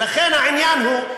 ולכן העניין הוא,